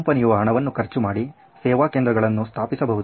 ಕಂಪನಿಯು ಹಣವನ್ನು ಖರ್ಚು ಮಾಡಿ ಸೇವಾ ಕೇಂದ್ರಗಳನ್ನು ಸ್ಥಾಪಿಸಬಹುದು